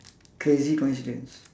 crazy coincidence